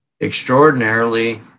extraordinarily